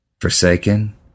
forsaken